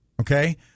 okay